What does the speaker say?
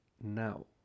now